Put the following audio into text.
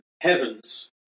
Heaven's